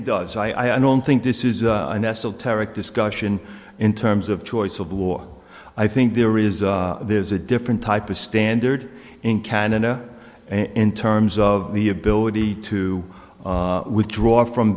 it does i don't think this is an esoteric discussion in terms of choice of war i think there is a there's a different type of standard in canada in terms of the ability to withdraw from